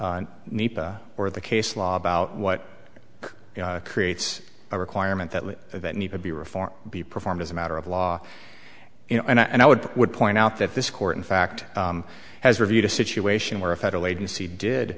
or the case law about what you know creates a requirement that they need to be reform be performed as a matter of law you know and i would would point out that this court in fact has reviewed a situation where a federal agency did